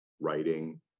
writing